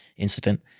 incident